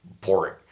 boring